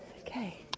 Okay